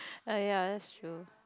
err ya that's true